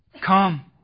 come